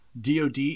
DOD